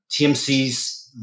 TMCs